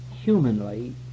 humanly